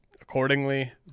accordingly